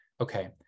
Okay